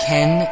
Ken